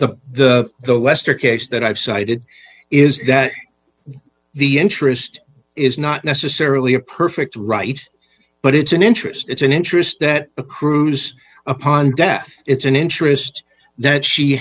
the the the lester case that i've cited is that the interest is not necessarily a perfect right but it's an interest it's an interest that accrues upon death it's an interest that she